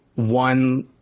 One